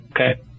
okay